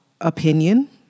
opinion